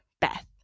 Beth